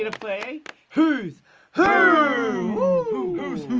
and play who's who.